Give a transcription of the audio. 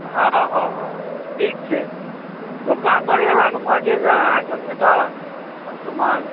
हँ हँ ठीक छै दोकानपर एलाके बादे ने अहाँके भेटत सभसामान